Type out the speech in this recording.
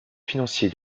financier